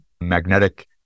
magnetic